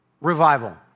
revival